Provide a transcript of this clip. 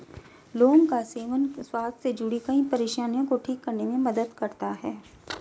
लौंग का सेवन स्वास्थ्य से जुड़ीं कई परेशानियों को ठीक करने में मदद करता है